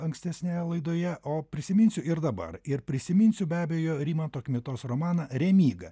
ankstesnėje laidoje o prisiminsiu ir dabar ir prisiminsiu be abejo rimanto kmitos romaną remiga